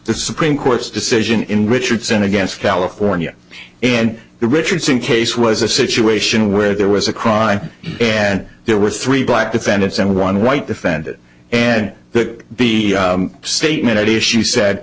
the supreme court's decision in richardson against california and the richardson case was a situation where there was a crime and there were three black defendants and one white defended and that the statement